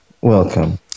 Welcome